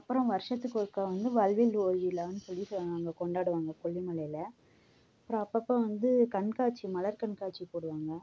அப்பறம் வர்ஷத்துக்கு ஒருக்கா வந்து வல்வில் ஓரி விழானு சொல்லிவிட்டு அங்கே கொண்டாடுவாங்க கொல்லிமலையில் அப்புறம் அப்பப்போ வந்து கண்காட்சி மலர் கண்காட்சி போடுவாங்க